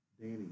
Danny